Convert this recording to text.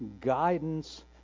guidance